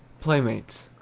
playmates.